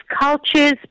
cultures